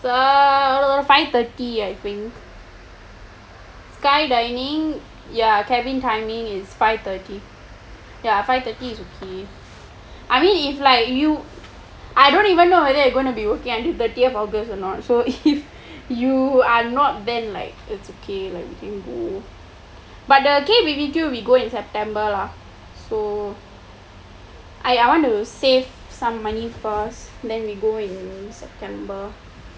ah five thirty I think sky dining ya cabin timing is five thirty is ok I mean if you I don't even know whether you're going to be working until thirtieth august or not so if you are not then like it's ok but the K B_B_Q we go in september lah so I want to save some money first then we go in september